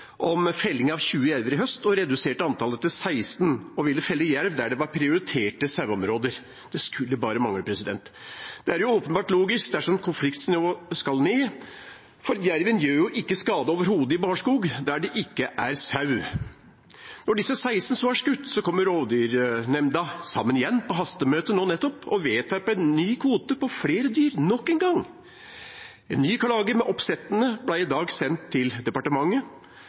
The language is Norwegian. på felling av 20 jerver i høst, reduserte antallet til 16 og ville felle jerv der det var prioriterte saueområder. Det skulle bare mangle. Det er åpenbart logisk dersom konfliktnivået skal ned, for jerven gjør overhodet ikke skade i barskog der det ikke er sau. Da disse 16 så var skutt, kom rovviltnemnda sammen igjen på hastemøte – nå, nettopp – og vedtok nok en gang ny kvote på flere dyr. En ny klage ble i dag sendt til departementet,